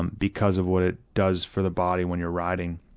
um because of what it does for the body when you're riding,